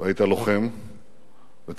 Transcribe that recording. היית לוחם וצנחן.